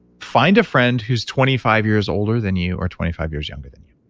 find a friend who's twenty five years older than you or twenty five years younger than you.